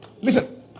Listen